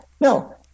no